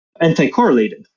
anti-correlated